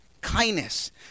kindness